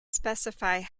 specify